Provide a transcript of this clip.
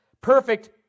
perfect